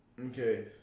Okay